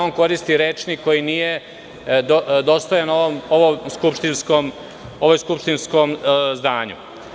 On koristi rečnik koji nije dostojan ovom skupštinskom domu.